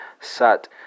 Sat